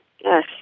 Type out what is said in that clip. yes